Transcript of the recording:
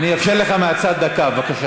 אני אאפשר לך מהצד, דקה.